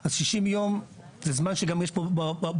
אז 60 ימים זה זמן שגם יש בו עבודה.